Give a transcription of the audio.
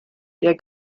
der